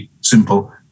simple